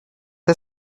est